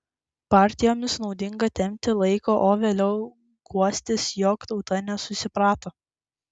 partijoms naudinga tempti laiką o vėliau guostis jog tauta nesusiprato